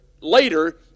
later